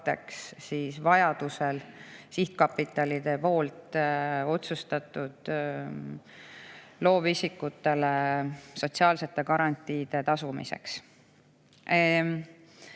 katteks sihtkapitalide poolt otsustatud loovisikutele sotsiaalsete garantiide tasumisel.